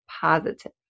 positive